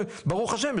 ברוך השם,